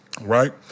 Right